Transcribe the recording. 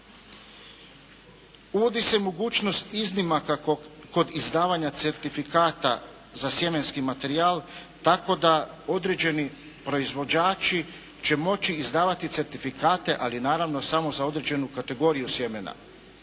Uvodi se mogućnost iznimaka kod izdavanja certifikata za sjemenski materijal tako da određeni proizvođači će moći izdavati certifikate ali naravno samo za određenu kategoriju sjemena.